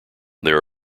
there